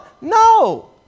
No